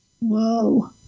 Whoa